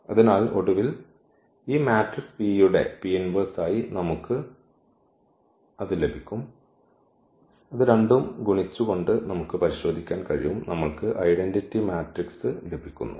അതിനാൽ ഒടുവിൽ ഈ മാട്രിക്സ് P യുടെ ആയി നമുക്ക് ഇത് ലഭിക്കും ഇത് രണ്ടും ഗുണിച്ചുകൊണ്ട് നമുക്ക് പരിശോധിക്കാൻ കഴിയും നമ്മൾക്ക് ഐഡന്റിറ്റി മാട്രിക്സ് ലഭിക്കുന്നു